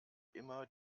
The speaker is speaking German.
immer